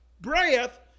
breath